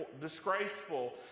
disgraceful